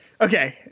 Okay